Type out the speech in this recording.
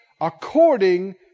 According